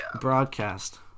broadcast